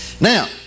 Now